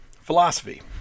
philosophy